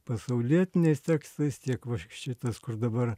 pasaulietiniais tekstais tiek va šitas kur dabar